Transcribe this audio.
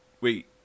Wait